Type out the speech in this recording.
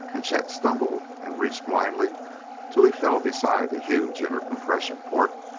and chet stumbled and reached blindly till he fell beside the huge inner compression port,